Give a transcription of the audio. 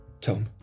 Tom